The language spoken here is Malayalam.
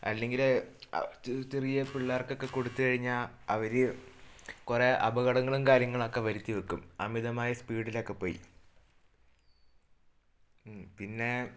അല്ലെങ്കില് അത് ചെറിയ പിള്ളേർക്കൊക്കെ കൊടുത്ത് കഴിഞ്ഞാൽ അവര് കുറെ അപകടങ്ങളും കാര്യങ്ങളൊക്കെ വരുത്തി വെക്കും അമിതമായ സ്പീഡിലെക്കെ പോയി ഉം പിന്നെ